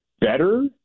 better